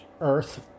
earth